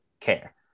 care